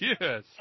Yes